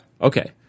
Okay